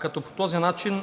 като по този начин